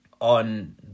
on